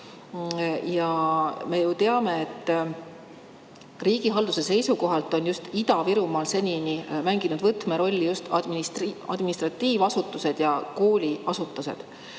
Me ju teame, et riigihalduse seisukohalt on just Ida-Virumaal senini mänginud võtmerolli just administratiiv- ja kooliasutused.